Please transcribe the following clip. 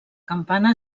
campana